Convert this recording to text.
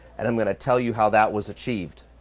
and i'm gonna tell you how that was achieved.